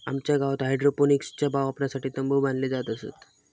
आमच्या गावात हायड्रोपोनिक्सच्या वापरासाठी तंबु बांधले जात असत